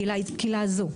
הקהילה הזו.